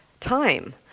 time